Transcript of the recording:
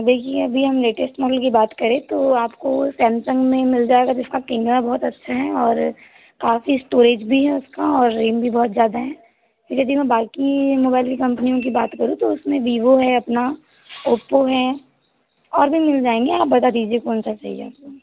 देखिए अभी हम लेटेस्ट मॉडल की बात करें तो आप को सैमसंग में मिल जाएगा जिसका कैमरा बहुत अच्छा है और काफ़ी स्टोरेज भी है उसका और रैम भी बहुत ज़्यादा है यदि मैं बाकि मोबाइल की कम्पनियों की बात करूं तो उस में वीवो है अपना ओप्पो है और भी मिल जाएंगे आप बता दीजिए कौन सा चाहिए आपको